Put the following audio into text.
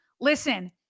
Listen